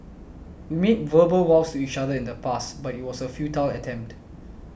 we made verbal vows to each other in the past but it was a futile attempt